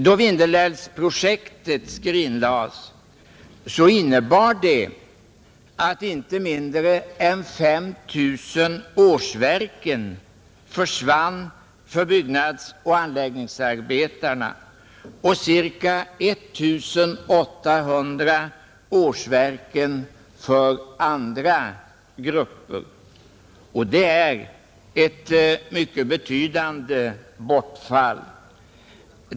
Då Vindelälvsprojektet skrinlades innebar det att inte mindre än 5 000 årsverken försvann för byggnadsoch anläggningsarbetarna och ca 1 800 årsverken för andra grupper. Det är ett mycket betydande bortfall.